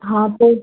ହଁ ସେ